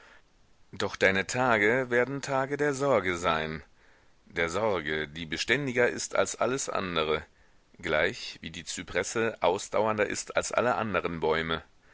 doch deine tage werden tage der sorge sein der sorge die beständiger ist als alles andere gleichwie die zypresse ausdauernder ist als alle anderen bäume